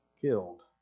killed